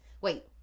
wait